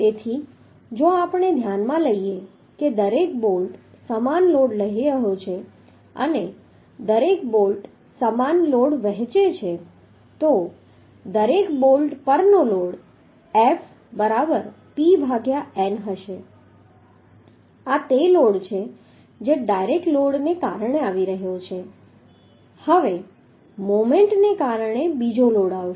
તેથી જો આપણે ધ્યાનમાં લઈએ કે દરેક બોલ્ટ સમાન લોડ લઈ રહ્યો છે અને દરેક બોલ્ટ સમાન લોડ વહેંચે છે તો દરેક બોલ્ટ પરનો લોડ F બરાબર P ભાગ્યા n હશે આ તે લોડ છે જે ડાયરેક્ટ લોડને કારણે આવી રહ્યો છે હવે મોમેન્ટને કારણે બીજો લોડ આવશે